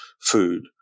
food